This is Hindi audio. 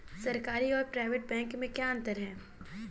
सरकारी और प्राइवेट बैंक में क्या अंतर है?